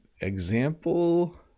example